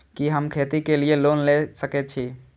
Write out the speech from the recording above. कि हम खेती के लिऐ लोन ले सके छी?